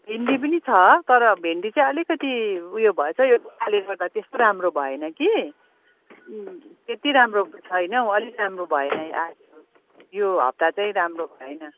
भेन्डी पनि छ तर भेन्डी चाहिँ अलिकति ऊ यो भएछ हौ यो बर्खाले गर्दा त्यस्तो राम्रो भएन कि त्यति राम्रो छैन हौ अलिक राम्रो भएन यो हप्ता चाहिँ राम्रो भएन